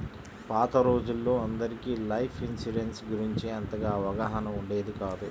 పాత రోజుల్లో అందరికీ లైఫ్ ఇన్సూరెన్స్ గురించి అంతగా అవగాహన ఉండేది కాదు